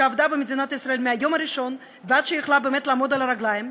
שעבדה במדינת ישראל מהיום הראשון כל עוד יכלה באמת לעמוד על הרגליים,